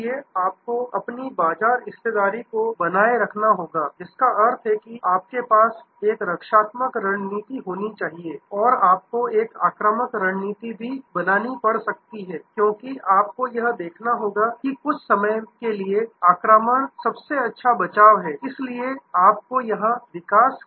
इसलिए आपको अपनी बाजार हिस्सेदारी को बनाए रखना होगा जिसका अर्थ है कि आपके पास एक रक्षात्मक रणनीति होनी चाहिए और आपको एक आक्रामक रणनीति भी बनानी पड़ सकती है क्योंकि आपको यह देखना होगा कि कुछ समय के लिए आक्रमण सबसे अच्छा बचाव है इसलिए आपको यहाँ विकास के एक मोड में रहना होगा